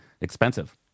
expensive